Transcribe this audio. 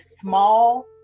small